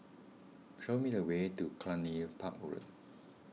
show me the way to Cluny Park Road